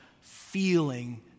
feeling